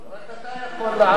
רק אתה יכול לענות.